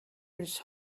it’s